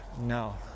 no